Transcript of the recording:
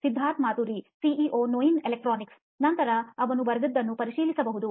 Siddharth Maturi CEO ನೋಯಿನ್ electronics ನಂತರ ಅವನು ಬರೆದದ್ದನ್ನು ಪರಿಶೀಲಿಸಬಹುದು